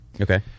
Okay